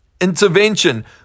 intervention